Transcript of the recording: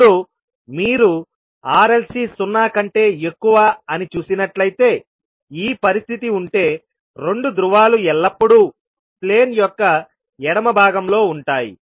ఇప్పుడు మీరు R L C సున్నా కంటే ఎక్కువ అని చూసినట్లయితేఈ పరిస్థితి ఉంటే 2 ధ్రువాలు ఎల్లప్పుడూ ప్లేన్ యొక్క ఎడమ భాగంలో ఉంటాయి